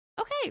Okay